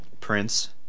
Prince